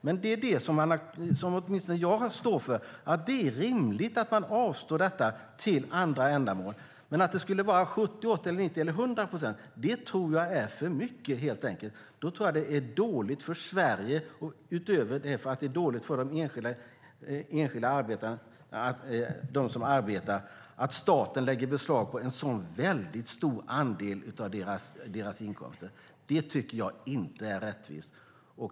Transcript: Men det är det som åtminstone jag står för och tycker är rimligt att man avstår till andra ändamål. Att det skulle vara 70, 80, 90 eller 100 procent tror jag blir för mycket, helt enkelt. Det tror jag är dåligt för Sverige, utöver att det är dåligt för dem som arbetar att staten lägger beslag på så stor andel av deras inkomster - det tycker jag inte är rättvist.